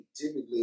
typically